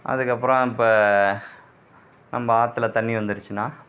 அதுக்கப்புறம் இப்ப நம்ப ஆத்தில் தண்ணி வந்துருச்சின்னால்